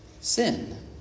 sin